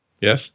Yes